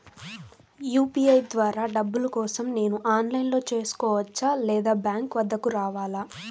UPI ద్వారా డబ్బులు కోసం నేను ఆన్లైన్లో చేసుకోవచ్చా? లేదా బ్యాంక్ వద్దకు రావాలా?